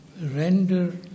render